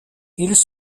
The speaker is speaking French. ils